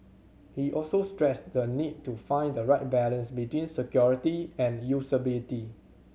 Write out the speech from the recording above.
he also stressed the need to find the right balance between security and usability